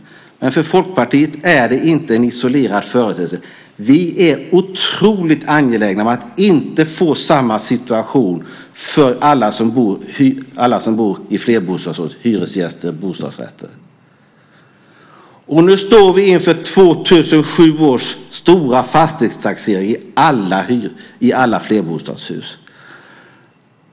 Men för Folkpartiet är det inte en isolerad företeelse. Vi är otroligt angelägna om att inte få samma situation för alla som bor i flerbostadshus, i hyreslägenheter och bostadsrätter. Nu står vi inför 2007 års stora fastighetstaxering för alla flerbostadshus.